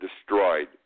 destroyed